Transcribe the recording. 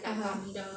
(uh huh)